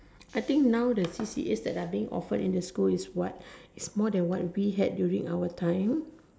I think now the C_C_A that are being offered in the school is what is more than what we had during our time